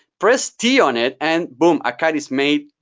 press t on it and boom, a cut is made,